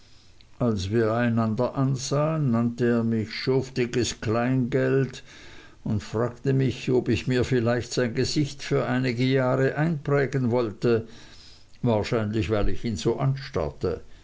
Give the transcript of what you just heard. als wir einander ansahen nannte er mich schuftiges kleingeld und fragte mich ob ich mir vielleicht sein gesicht für einige jahre einprägen wollte wahrscheinlich weil ich ihn so anstarrte